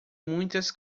muitas